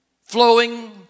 flowing